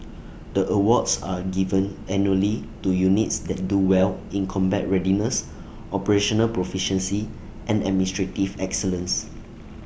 the awards are given annually to units that do well in combat readiness operational proficiency and administrative excellence